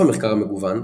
על אף המחקר המגוון,